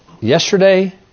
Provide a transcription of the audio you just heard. Yesterday